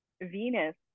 venus